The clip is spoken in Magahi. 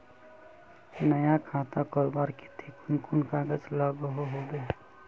नया खाता खोलवार केते कुन कुन कागज लागोहो होबे?